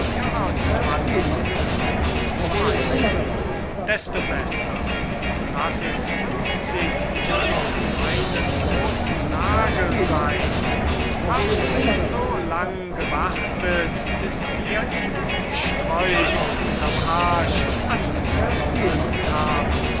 zwanzig schweizer desto besser und laß es fünfzig gegen meinen grossen nagel seyn haben sie so lang gewartet bis wir ihnen die streu unterm arsch angezündet haben